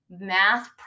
math